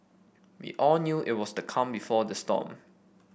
we all knew it was the calm before the storm